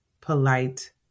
polite